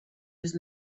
was